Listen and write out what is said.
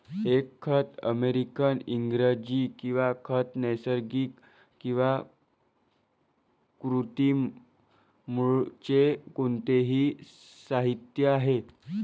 एक खत अमेरिकन इंग्रजी किंवा खत नैसर्गिक किंवा कृत्रिम मूळचे कोणतेही साहित्य आहे